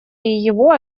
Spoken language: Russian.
его